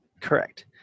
Correct